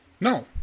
No